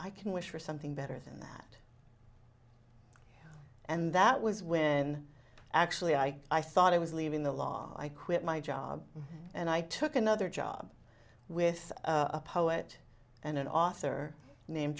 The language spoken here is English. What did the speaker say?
i can wish for something better than that and that was when actually i i thought i was leaving the law i quit my job and i took another job with a poet and an author named